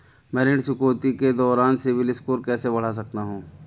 मैं ऋण चुकौती के दौरान सिबिल स्कोर कैसे बढ़ा सकता हूं?